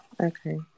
okay